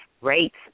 rates